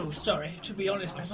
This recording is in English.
um sorry to be honest,